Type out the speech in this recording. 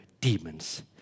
demons